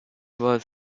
was